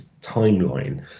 timeline